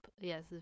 Yes